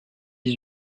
dix